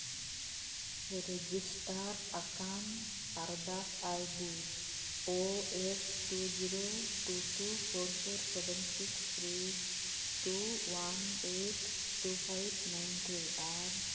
register ᱟᱠᱟᱱ ᱟᱨᱫᱟᱥ ID O X two zero two four four seven six three two one five two five nine three ᱟᱨ